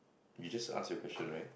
you just asked your question right